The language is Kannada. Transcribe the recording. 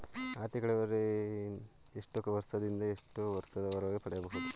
ಆರ್ಥಿಕ ಇಳುವರಿ ಎಷ್ಟು ವರ್ಷ ದಿಂದ ಎಷ್ಟು ವರ್ಷ ಗಳವರೆಗೆ ಪಡೆಯಬಹುದು?